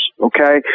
okay